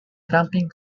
tramping